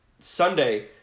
Sunday